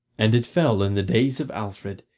and it fell in the days of alfred,